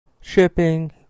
shipping